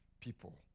people